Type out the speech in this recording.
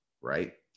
right